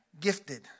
gifted